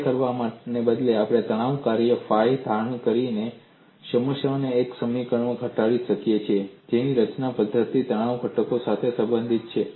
તે કરવાને બદલે તણાવ કાર્ય ફાઇ ધારણ કરીને સમસ્યાને એક સમીકરણમાં ઘટાડી શકાય છે જે નીચેની પદ્ધતિમાં તણાવ ઘટકો સાથે સંબંધિત છે